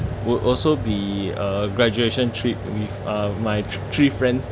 would also be uh graduation trip with uh my three friends